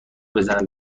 بزنم